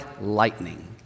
lightning